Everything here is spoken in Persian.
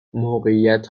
موقعیت